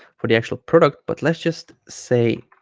for the actual product but let's just say